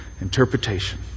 Interpretation